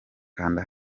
kanda